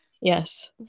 Yes